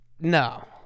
No